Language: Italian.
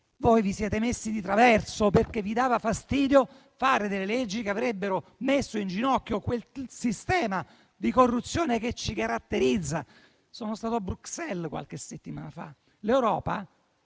Voi vi siete messi di traverso, perché vi dava fastidio fare delle leggi che avrebbero messo in ginocchio quel sistema di corruzione che ci caratterizza. Sono stato a Bruxelles qualche settimana fa. L'Europa